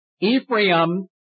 Ephraim